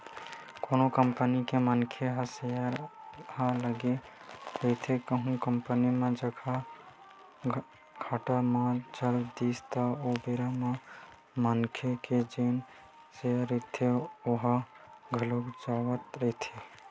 कोनो कंपनी म मनखे के सेयर ह लगे रहिथे कहूं कंपनी ह घाटा म चल दिस ओ बेरा म मनखे के जेन सेयर रहिथे ओहा घलोक जावत रहिथे